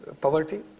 Poverty